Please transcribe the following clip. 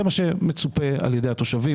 זה מה שמצופה על ידי התושבים,